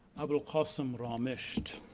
abu al-qasim ramisht